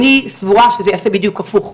אני סבורה שזה יעשה בדיוק הפוך.